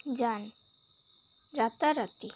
যান রাতারাতি